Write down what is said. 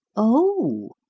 oh,